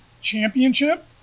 Championship